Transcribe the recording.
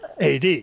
AD